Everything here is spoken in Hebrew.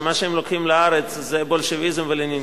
שמה שהם לוקחים לארץ זה בולשביזם ולניניזם.